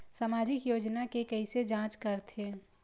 सामाजिक योजना के कइसे जांच करथे?